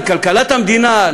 לכלכלת המדינה,